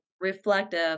reflective